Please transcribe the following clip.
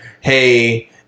Hey